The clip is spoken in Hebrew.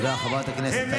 למה אתה חבר כנסת בישראל?